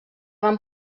van